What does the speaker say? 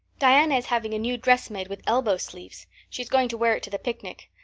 diana is having a new dress made with elbow sleeves. she is going to wear it to the picnic.